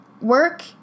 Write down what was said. Work